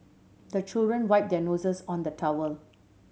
the children wipe their noses on the towel